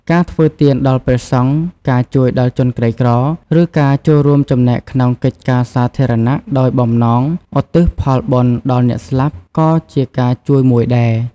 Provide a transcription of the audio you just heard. ការធ្វើទានដល់ព្រះសង្ឃ ការជួយដល់ជនក្រីក្រ ឬការចូលរួមចំណែកក្នុងកិច្ចការសាធារណៈដោយបំណងឧទ្ទិសផលបុណ្យដល់អ្នកស្លាប់ ក៏ជាការជួយមួយដែរ។